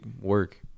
work